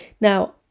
now